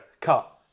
Cut